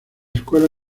escuela